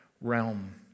realm